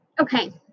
okay